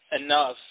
enough